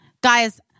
guys